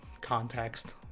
context